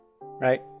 right